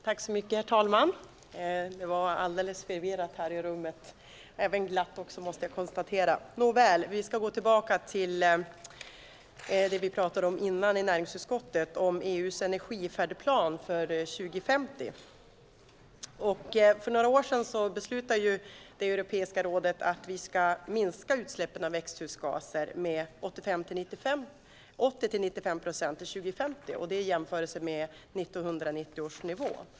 Herr talman! Vi ska gå tillbaka till det vi pratade om förut, EU:s energifärdplan för 2050. För några år sedan beslutade Europeiska rådet att vi ska minska utsläppen av växthusgaser med 80-95 procent till år 2050 jämfört med 1990 års nivå.